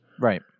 Right